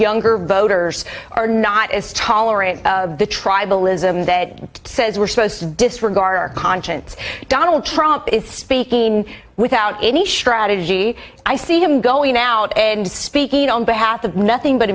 younger voters are not as tolerant of the tribalism that says we're supposed to disregard conscience donald trump is speaking without any strategy i see him going out and speaking on behalf of nothing but